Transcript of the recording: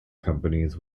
companies